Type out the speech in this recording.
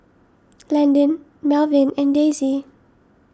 Landen Melvyn and Daisie